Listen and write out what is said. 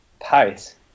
pace